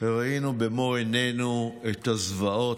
וראינו במו עינינו את הזוועות,